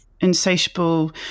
insatiable